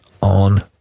on